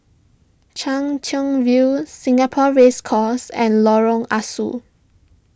Chwee Chian View Singapore Race Course and Lorong Ah Soo